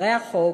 אחרי החוק,